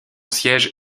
siège